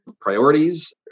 priorities